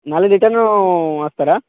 మళ్ళీ రిటర్న్ వస్తారా